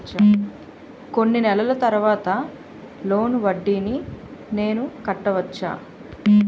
కొన్ని నెలల తర్వాత లోన్ వడ్డీని నేను కట్టవచ్చా?